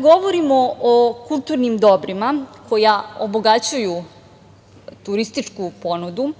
govorimo o kulturnim dobrima koja obogaćuju turističku ponudu,